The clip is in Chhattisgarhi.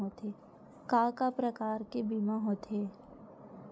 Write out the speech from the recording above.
का का प्रकार के बीमा होथे?